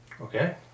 Okay